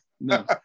No